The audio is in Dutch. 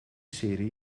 serie